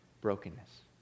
brokenness